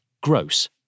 gross